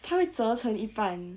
他会折成一半